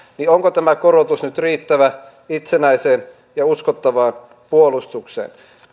onko tämä korotus nyt riittävä itsenäiseen ja uskottavaan puolustukseen